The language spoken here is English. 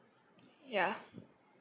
ya